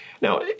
Now